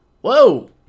Whoa